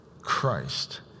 Christ